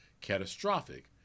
catastrophic